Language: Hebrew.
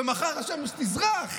ומחר השמש תזרח.